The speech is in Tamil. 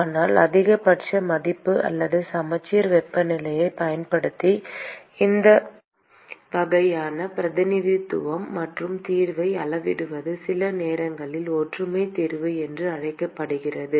ஆனால் அதிகபட்ச மதிப்பு அல்லது சமச்சீர் வெப்பநிலையைப் பயன்படுத்தி இந்த வகையான பிரதிநிதித்துவம் மற்றும் தீர்வை அளவிடுவது சில நேரங்களில் ஒற்றுமை தீர்வு என்று அழைக்கப்படுகிறது